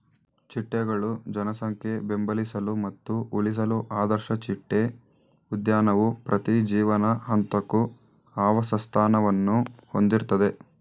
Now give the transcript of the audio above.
ಚಿಟ್ಟೆಗಳ ಜನಸಂಖ್ಯೆ ಬೆಂಬಲಿಸಲು ಮತ್ತು ಉಳಿಸಲು ಆದರ್ಶ ಚಿಟ್ಟೆ ಉದ್ಯಾನವು ಪ್ರತಿ ಜೀವನ ಹಂತಕ್ಕೂ ಆವಾಸಸ್ಥಾನವನ್ನು ಹೊಂದಿರ್ತದೆ